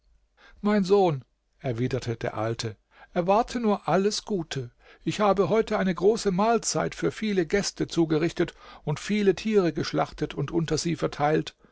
mein sohn erwiderte der alte erwarte nur alles gute ich habe heute eine große mahlzeit für viele gäste zugerichtet und viele tiere geschlachtet und unter sie verteilt